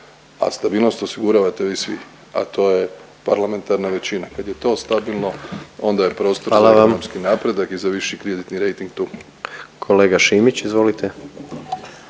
a stabilnost osiguravate vi svi, a to je parlamentarna većina. Kad je to stabilno onda je prostor za europski napredak … …/Upadica predsjednik: